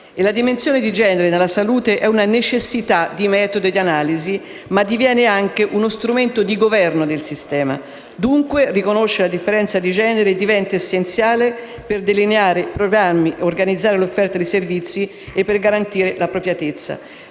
La dimensione di genere nella salute è una necessità di metodo e di analisi ma diviene anche uno strumento di governo del sistema. Dunque, riconoscere la differenza di genere diventa essenziale per delineare i programmi, organizzare l'offerta di servizi e garantire l'appropriatezza.